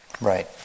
Right